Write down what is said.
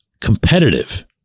Competitive